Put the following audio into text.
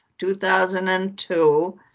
2002